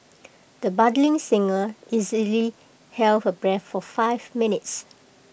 the budding singer easily held her breath for five minutes